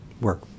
work